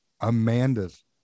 Amanda's